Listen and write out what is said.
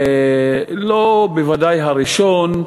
לא הראשון,